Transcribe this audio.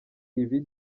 ibi